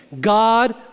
God